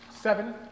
seven